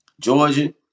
Georgia